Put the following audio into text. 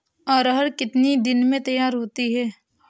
अरहर कितनी दिन में तैयार होती है?